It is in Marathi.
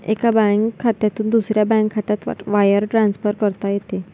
एका बँक खात्यातून दुसऱ्या बँक खात्यात वायर ट्रान्सफर करता येते